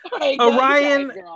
Orion